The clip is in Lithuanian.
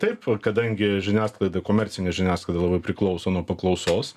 taip kadangi žiniasklaida komercinė žiniasklaida labai priklauso nuo paklausos